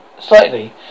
Slightly